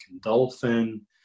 Dolphin